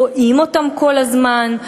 רואים אותם כל הזמן,